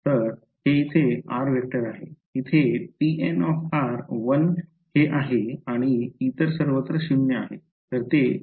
तर हे येथे आहे येथे हे pn 1 हे आहे आणि इतर सर्वत्र 0 आहे